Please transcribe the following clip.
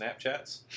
Snapchats